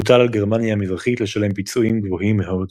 הוטל על גרמניה המזרחית לשלם פיצויים גבוהים מאוד,